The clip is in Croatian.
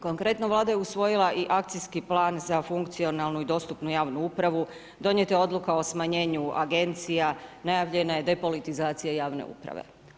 Konkretno Vlada je usvojila i akcijski plan za funkcionalnu i dostupnu javnu upravu, donijeta je odluka za smanjenje agencija, nahvaljena je depolitizacija javne uprave.